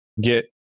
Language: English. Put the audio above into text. get